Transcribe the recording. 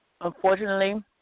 Unfortunately